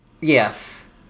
Yes